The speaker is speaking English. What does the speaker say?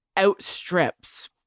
outstrips